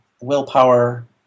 willpower